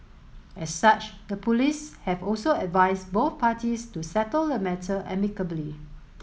as such the police have also advised both parties to settle the matter amicably